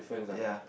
ya